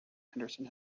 henderson